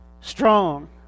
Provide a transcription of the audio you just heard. strong